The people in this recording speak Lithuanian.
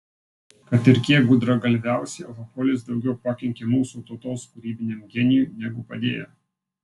kad ir kiek gudragalviausi alkoholis daugiau pakenkė mūsų tautos kūrybiniam genijui negu padėjo